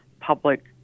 public